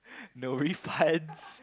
no refunds